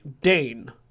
Dane